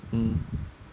mm